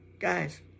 Guys